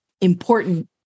important